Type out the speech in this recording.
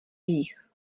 jich